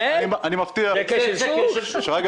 שרגא,